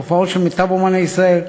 הופעות של מיטב אמני ישראל,